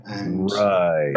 Right